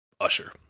usher